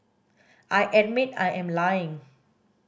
I admit I am lying